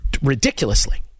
ridiculously